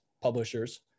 publishers